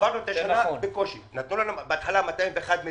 עברנו את השנה בקושי, נתנו לנו בהתחלה 201 מיליון,